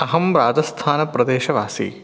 अहं राजस्थानप्रदेशवासी